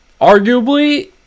Arguably